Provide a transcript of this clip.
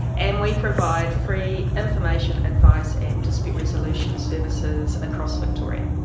and we provide free information, advice and dispute resolution services across victoria.